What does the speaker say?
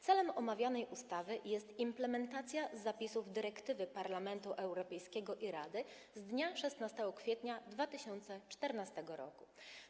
Celem omawianej ustawy jest implementacja zapisów dyrektywy Parlamentu Europejskiego i Rady z dnia 16 kwietnia 2014 r.